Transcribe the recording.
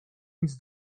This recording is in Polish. nic